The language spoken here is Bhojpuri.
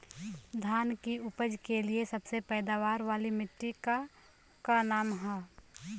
धान की उपज के लिए सबसे पैदावार वाली मिट्टी क का नाम ह?